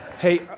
Hey